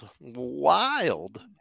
Wild